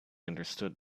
understood